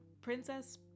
Princess